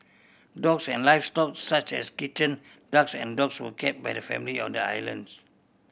dogs and livestock such as kitchen ducks and dogs were kept by the family on the islands